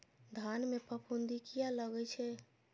धान में फूफुंदी किया लगे छे?